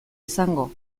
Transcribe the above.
izango